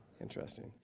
interesting